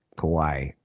Kauai